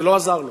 זה לא עזר לו.